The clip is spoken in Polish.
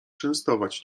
częstować